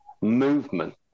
movement